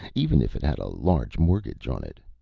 even if it had a large mortgage on it.